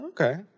Okay